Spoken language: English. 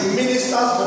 ministers